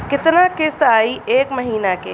कितना किस्त आई एक महीना के?